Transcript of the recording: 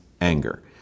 anger